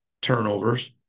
turnovers